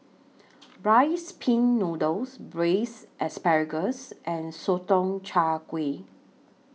Rice Pin Noodles Braised Asparagus and Sotong Char Kway